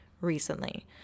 recently